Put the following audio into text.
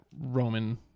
Roman